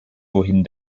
wohin